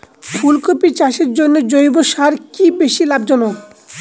ফুলকপি চাষের জন্য জৈব সার কি বেশী লাভজনক?